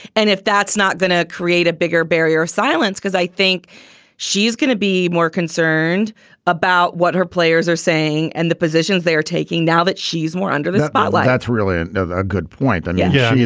and if that's not going to create a bigger barrier of silence, because i think she's going to be more concerned about what her players are saying and the positions they're taking now that she's more under the spotlight that's really ah a good point. and yeah. yeah. and yeah